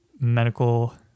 medical